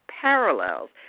parallels